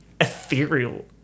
ethereal